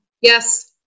Yes